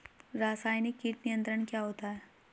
रसायनिक कीट नियंत्रण क्या होता है?